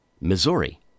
Missouri